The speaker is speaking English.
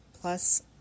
plus